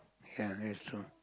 ya that's true